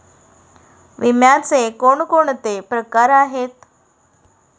विम्याचे कोणकोणते प्रकार आहेत?